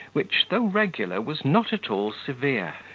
which, though regular, was not at all severe,